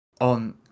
on